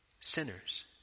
sinners